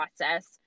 process